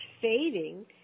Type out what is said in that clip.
fading